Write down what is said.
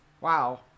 Wow